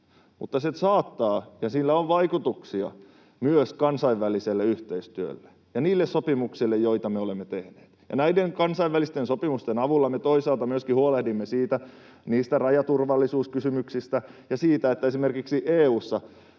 mutta sillä saattaa olla ja sillä on vaikutuksia myös kansainväliselle yhteistyölle ja niille sopimuksille, joita me olemme tehneet. Ja näiden kansainvälisten sopimusten avulla me toisaalta myöskin huolehdimme rajaturvallisuuskysymyksistä ja siitä, että esimerkiksi EU:ssa